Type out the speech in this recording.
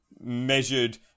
measured